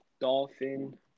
Dolphin